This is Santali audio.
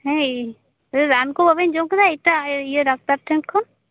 ᱦᱮ ᱨᱟᱱ ᱠᱚ ᱵᱟᱹᱵᱮᱱ ᱡᱚᱢ ᱟᱠᱟᱫᱟ ᱮᱴᱟᱜ ᱤᱭᱟᱹ ᱰᱟᱠᱛᱟᱨ ᱴᱷᱮᱱ ᱠᱷᱚᱱ